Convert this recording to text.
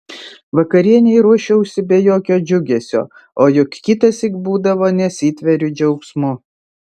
vakarienei ruošiausi be jokio džiugesio o juk kitąsyk būdavo nesitveriu džiaugsmu